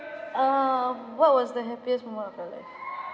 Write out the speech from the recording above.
uh what was the happiest moment of your life